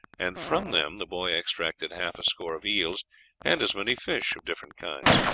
and from them the boy extracted half a score of eels and as many fish of different kinds.